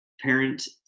parent